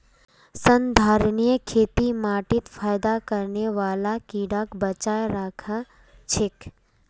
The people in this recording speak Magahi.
संधारणीय खेती माटीत फयदा करने बाला कीड़ाक बचाए राखछेक